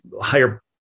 higher-